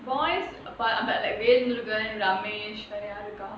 boys but but like velmurugan ramesh வேற யார் இருக்கா:vera yaar irukkaa